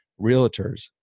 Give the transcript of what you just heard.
realtors